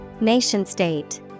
Nation-state